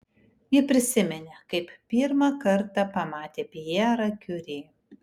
ji prisiminė kaip pirmą kartą pamatė pjerą kiuri